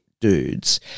dudes